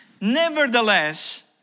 Nevertheless